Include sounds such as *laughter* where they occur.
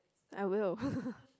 I will *laughs*